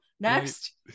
Next